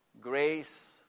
grace